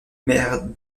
maire